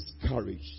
discouraged